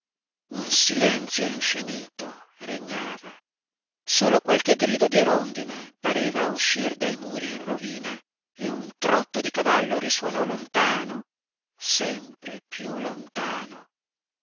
un silenzio infinito regnava solo qualche grido di rondine pareva uscir dai muri in rovina e un trotto di cavallo risuonò lontano sempre piú lontano